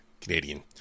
Canadian